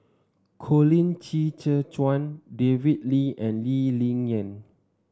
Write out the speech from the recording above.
Colin Qi Zhe Quan David Lee and Lee Ling Yen